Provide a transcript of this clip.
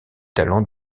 talents